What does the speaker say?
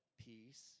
Peace